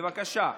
בבקשה.